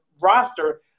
roster